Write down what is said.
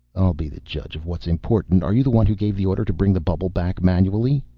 i'll be the judge of what's important. are you the one who gave the order to bring the bubble back manually?